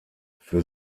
für